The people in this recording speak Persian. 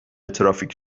ترافیک